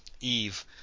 Eve